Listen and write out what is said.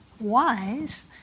wise